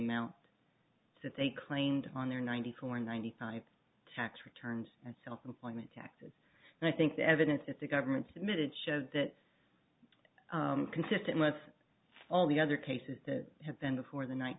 amount that they claimed on their ninety four ninety five tax returns and self employment taxes and i think the evidence that the government submitted showed that consistent with all the other cases that had been before the ni